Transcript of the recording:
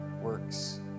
works